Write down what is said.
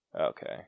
Okay